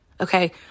Okay